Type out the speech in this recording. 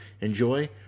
Enjoy